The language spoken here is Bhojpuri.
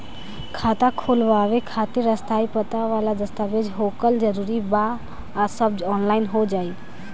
खाता खोलवावे खातिर स्थायी पता वाला दस्तावेज़ होखल जरूरी बा आ सब ऑनलाइन हो जाई?